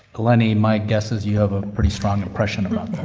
eleni, my guess is you have a pretty strong impression about